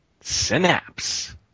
Synapse